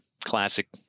Classic